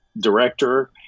director